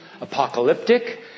apocalyptic